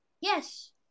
Yes